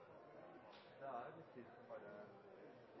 det er viktig å